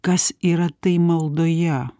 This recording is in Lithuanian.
kas yra tai maldoje